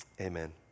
amen